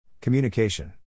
communication